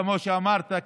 כמו שאמרת,